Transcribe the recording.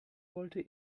wollte